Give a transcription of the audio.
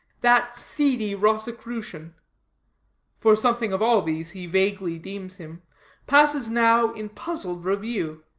that seedy rosicrucian for something of all these he vaguely deems him passes now in puzzled review.